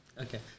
Okay